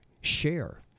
share